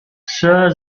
sir